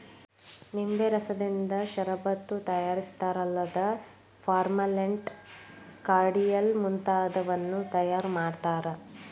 ನಿಂಬೆ ರಸದಿಂದ ಷರಬತ್ತು ತಯಾರಿಸ್ತಾರಲ್ಲದ ಮಾರ್ಮಲೆಂಡ್, ಕಾರ್ಡಿಯಲ್ ಮುಂತಾದವನ್ನೂ ತಯಾರ್ ಮಾಡ್ತಾರ